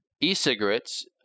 E-cigarettes